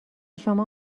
شما